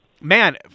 man